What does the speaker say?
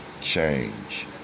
change